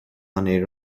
money